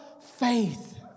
faith